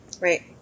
Right